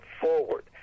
forward